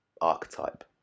archetype